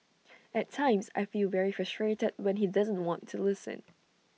at times I feel very frustrated when he doesn't want to listen